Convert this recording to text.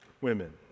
women